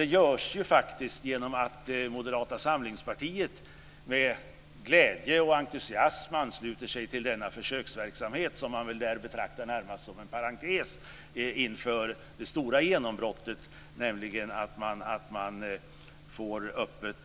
Det görs faktiskt genom att Moderata samlingspartiet med glädje och entusiasm ansluter sig till denna försöksverksamhet som väl där betraktas närmast som en parentes inför det stora genombrottet med lördagsöppet